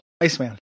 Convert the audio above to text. iceman